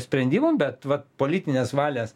sprendimų bet vat politinės valios